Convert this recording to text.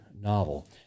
novel